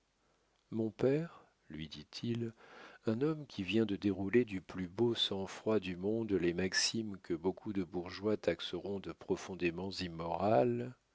mon père lui dit-il un homme qui vient de dérouler du plus beau sang-froid du monde les maximes que beaucoup de bourgeois taxeront de profondément immorales